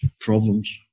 problems